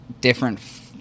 different